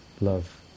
love